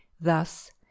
Thus